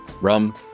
rum